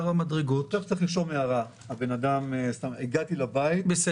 המדרגות --- שוטר צריך לרשום הערה הגעתי לבית,